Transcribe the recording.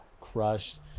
crushed